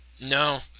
No